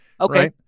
Okay